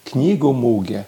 knygų mugė